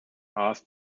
asked